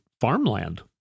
farmland